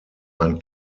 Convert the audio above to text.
ein